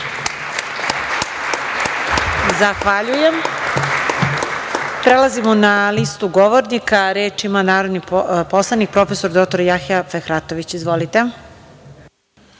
Zahvaljujem. Prelazimo na listu govornika. Reč ima narodni poslanik prof. dr Jahja Fefratović. Izvolite.